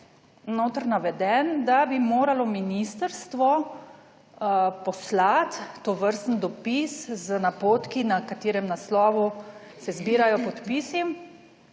noter naveden, da bi moralo ministrstvo poslati tovrsten dopis z napotki, na katerem naslovu se zbirajo podpisi